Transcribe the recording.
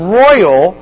royal